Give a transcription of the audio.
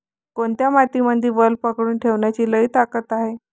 कोनत्या मातीमंदी वल पकडून ठेवण्याची लई ताकद हाये?